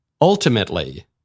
ultimately